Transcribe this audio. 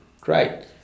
Great